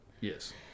Yes